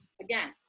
again